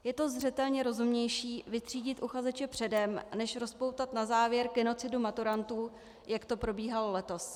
Je zřetelně rozumnější vytřídit uchazeče předem než rozpoutat na závěr genocidu maturantů, jak to probíhalo letos.